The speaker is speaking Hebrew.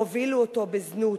הובילו אותו לזנות,